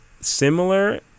similar